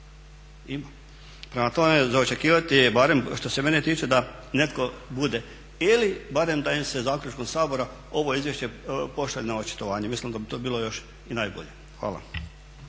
I prema tome, za očekivati je barem što se mene tiče da netko bude ili barem da im se zaključkom Sabora ovo izvješće pošalje na očitovanje. Mislim da bi to bilo još i najbolje. Hvala.